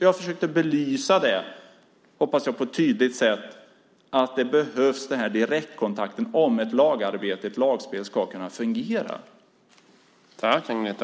Jag försökte belysa på ett - hoppas jag - tydligt sätt att det behövs en direktkontakt om ett lagarbete, ett lagspel, ska fungera.